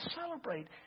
celebrate